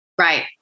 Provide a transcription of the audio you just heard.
Right